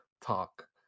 talk